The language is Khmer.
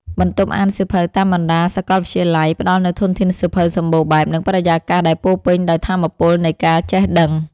បន្ទប់អានសៀវភៅតាមបណ្ដាសាកលវិទ្យាល័យ ផ្ដល់នូវធនធានសៀវភៅសម្បូរបែប និងបរិយាកាសដែលពោរពេញដោយថាមពលនៃការចេះដឹង។